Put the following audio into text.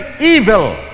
evil